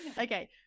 okay